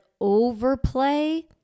overplay